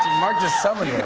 mark just summoned him.